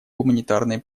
гуманитарной